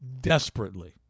desperately